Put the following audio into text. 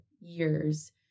years